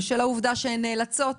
זאת בשל העובדה שהן נאלצות